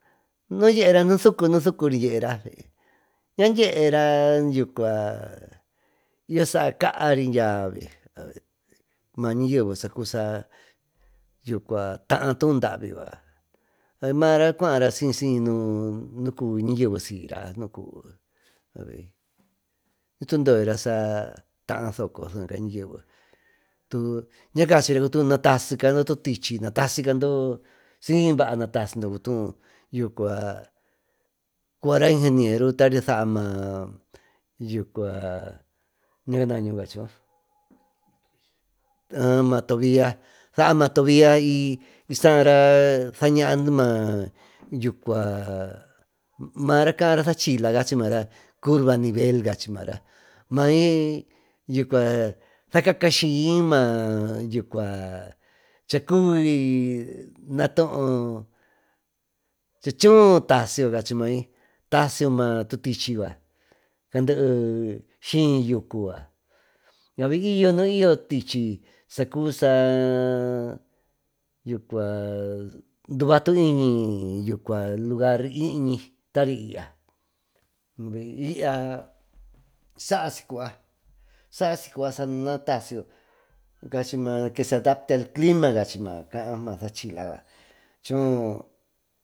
Ñaa dyeera nusucu nusucury dyera y yo sacaary dyá mañayeve satar tuú davi mara cuara nu cuby ñayeve syra ñutundoyora sataayo soco ñacachyra natasicando tutichy siy baa natasindo cubaara ingeniero tary saa naa yucua ña canañy cacku matobilla saañaara saña yucua mara caara sachila curva a nivel may sacacashyi mayucua sacuvy natoo chootasiyo cachimay tasiyo ma tutichy candee syi yucu y yo nuiyo tichy sacuby sa yucua dvatuiñi lugar yñi tari y ya saasicua sanatacio que se adapte al clima cachy mayo cayo ma sachila choo.